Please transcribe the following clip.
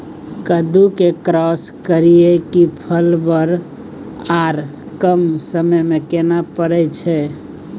कद्दू के क्रॉस करिये के फल बर आर कम समय में केना फरय छै?